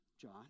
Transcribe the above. John